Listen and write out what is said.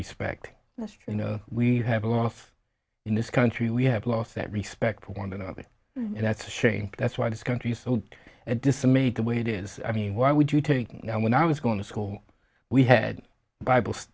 respect that's you know we have a loss in this country we have lost that respect for one another and that's a shame that's why this country so dismayed the way it is i mean why would you take now when i was going to school we had bible